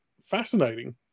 fascinating